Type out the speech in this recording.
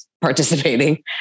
participating